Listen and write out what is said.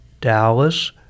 Dallas